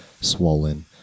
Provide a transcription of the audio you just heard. swollen